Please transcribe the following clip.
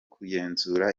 kugenzura